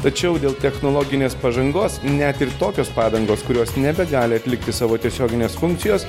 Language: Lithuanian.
tačiau dėl technologinės pažangos net ir tokios padangos kurios nebegali atlikti savo tiesioginės funkcijos